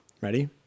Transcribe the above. Ready